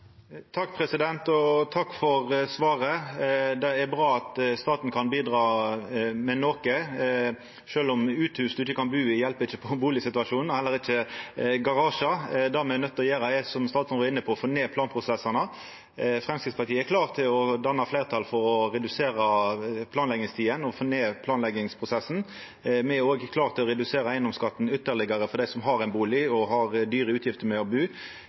Takk for svaret. Det er bra at staten kan bidra med noko, sjølv om uthus som ein ikkje kan bu i, ikkje hjelper på bustadsituasjonen, og heller ikkje garasjar. Det me er nøydde til å gjera, er, som statsråden var inne på, å få ned planprosessane. Framstegspartiet er klar til å danna fleirtal for å redusera planleggingstida og få ned planleggingsprosessen. Me er òg klare til å redusera eigedomsskatten ytterlegare for dei som har ein bustad og har dyre utgifter med å bu.